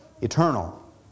eternal